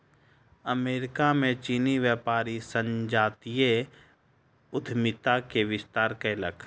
America में चीनी व्यापारी संजातीय उद्यमिता के विस्तार कयलक